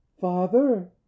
father